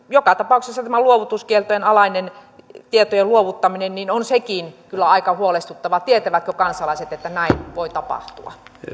joka tapauksessa tämä luovutuskiellon alaisten tietojen luovuttaminen on sekin kyllä aika huolestuttavaa tietävätkö kansalaiset että näin voi tapahtua